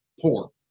poor